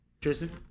Tristan